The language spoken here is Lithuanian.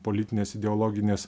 politinės ideologinės